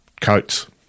coats